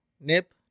Nip